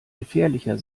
gefährlicher